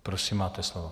Prosím, máte slovo.